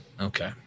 Okay